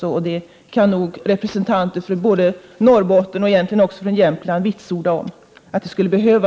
Att en förändring skulle behövas kan nog representanter från både Norrbotten och Jämtland vitsorda.